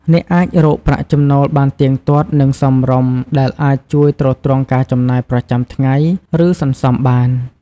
អ្នកអាចរកប្រាក់ចំណូលបានទៀងទាត់ និងសមរម្យ ដែលអាចជួយទ្រទ្រង់ការចំណាយប្រចាំថ្ងៃ ឬសន្សំបាន។